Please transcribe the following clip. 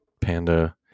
panda